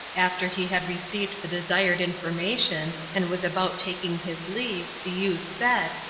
after he had received the desired information, and was about taking his leave, the youth said,